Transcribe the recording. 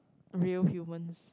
real humans